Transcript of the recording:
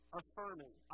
affirming